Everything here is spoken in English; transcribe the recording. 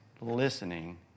listening